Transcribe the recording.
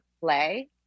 play